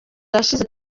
irashize